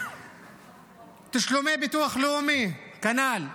תשלומי ביטוח לאומי, כנ"ל,